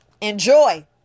Enjoy